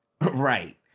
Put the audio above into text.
Right